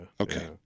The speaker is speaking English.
Okay